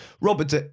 Robert